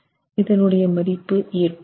இதனுடைய மதிப்பு 8 MPa